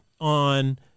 on